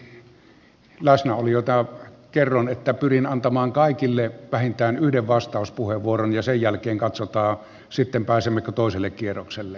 rauhoittaakseni läsnäolijoita kerron että pyrin antamaan kaikille vähintään yhden vastauspuheenvuoron ja sen jälkeen katsotaan sitten pääsemmekö toiselle kierrokselle